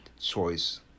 choice